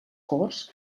corts